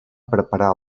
preparar